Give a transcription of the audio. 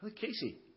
Casey